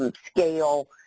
and scale